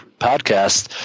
podcast